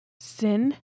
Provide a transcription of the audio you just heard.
sin